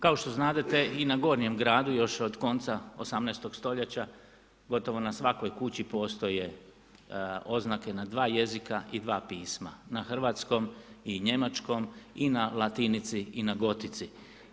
Kao što znadete i na gornjem gradu još od konca 18. stoljeća gotovo na svakoj kući postoje oznake na dva jezika i dva pisma, na hrvatskom i njemačkom i na latinici i na gotivi.